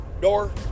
door